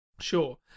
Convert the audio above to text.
Sure